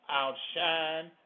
outshine